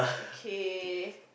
okay